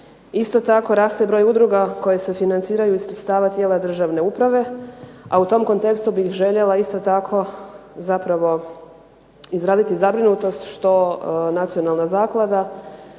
Isto tako raste broj udruga koje se financiraju iz sredstava tijela državne uprave, a u tom kontekstu bih željela isto tako izraziti zabrinutost što nacionalna zaklada